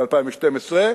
ב-2012,